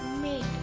me.